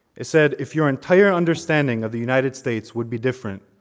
it said, if your entire understanding of the united states would be different,